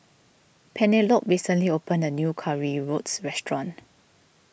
Penelope recently opened a new Currywurst restaurant